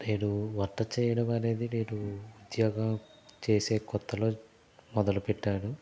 నేను వంట చేయడం అనేది నేను ఉద్యోగం చేసే కొత్తలో మొదలుపెట్టాను